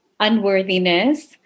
unworthiness